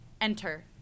Enter